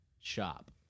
Shop